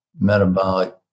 Metabolic